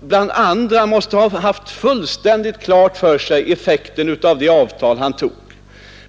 bland andra måste ha haft effekten av det avtal han var med om att anta fullständigt klar för sig.